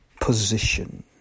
Position